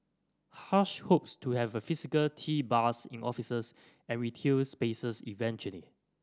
hush hopes to have a physical tea bars in offices and retail spaces eventually